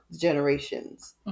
generations